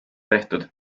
tehtud